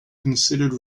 considered